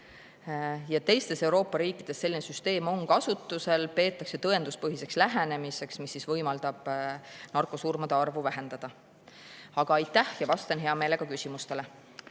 Teistes Euroopa riikides selline süsteem on kasutusel, seda peetakse tõenduspõhiseks lähenemiseks, mis võimaldab narkosurmade arvu vähendada. Aitäh! Ja vastan hea meelega küsimustele.